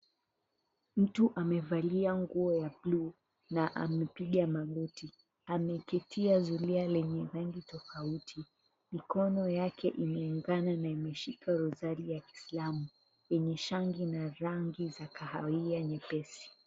Mtu amevalia nguo ya buluu na amepiga magoti. Ameketia zulia lenye rangi tofauti. Mkono yake imeungana na imeshika medali ya Kiisalmu yenye shangi na rangi za kahawia nyepesi.